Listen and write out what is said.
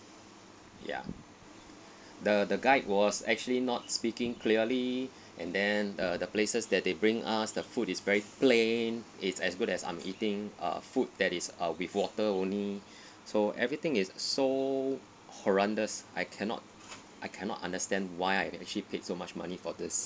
ya the the guide was actually not speaking clearly and then the the places that they bring us the food is very plain it's as good as I am eating uh food that is uh with water only so everything is so horrendous I cannot I cannot understand why I actually paid so much money for this